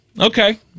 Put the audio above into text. okay